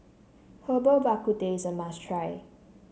Herbal Bak Ku Teh is a must try